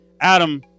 Adam